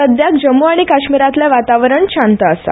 सध्याक जम्मू आनी कश्मीरांतले वातावरण शांत आसा